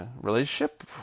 relationship